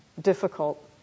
difficult